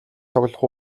тоглох